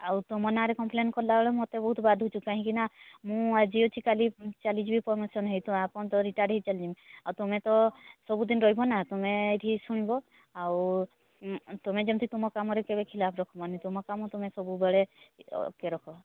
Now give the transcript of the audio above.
ଆଉ ତୁମ ନାଁରେ କମ୍ପ୍ଲେନ୍ କଲା ବେଳକୁ ମୋତେ ବହୁତ ବାଧୁଛି କାହିଁକିନା ମୁଁ ଆଜି ଅଛି କାଲି ଚାଲିଯିବି ପ୍ରମୋସନ୍ ହୋଇ ଆପଣ ତ ରିଟାର୍ଡ୍ ହୋଇ ଚାଲିଯିବି ଆଉ ତୁମେ ତ ସବୁଦିନ ରହିବ ନା ତୁମେ ଏଇଠି ଶୁଣିବ ଆଉ ତୁମେ ଯେମିତି ତୁମ କାମରେ କେବେ ଖିଲାପ ରଖିବନି ତୁମ କାମ ତୁମେ ସବୁବେଳେ ଓ କେ ରଖ